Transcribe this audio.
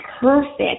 perfect